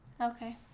Okay